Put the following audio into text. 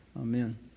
Amen